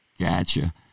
Gotcha